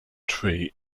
tree